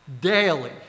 daily